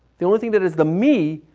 the only thing that is the me,